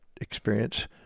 experience